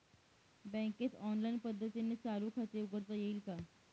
बँकेत ऑनलाईन पद्धतीने चालू खाते उघडता येईल का?